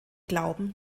glauben